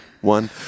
one